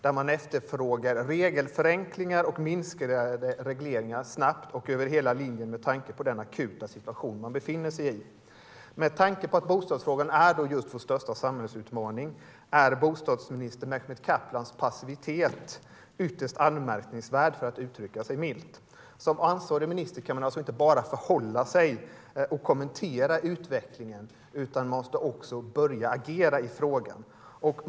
Där efterfrågar man regelförenklingar och minskade regleringar snabbt och över hela linjen med tanke på den akuta situationen. Med tanke på att bostadsfrågan är vår största samhällsutmaning är bostadsminister Mehmet Kaplans passivitet ytterst anmärkningsvärd - då uttrycker jag mig milt. Som ansvarig minister kan man inte bara förhålla sig till och kommentera utvecklingen, utan man måste också börja agera i frågan.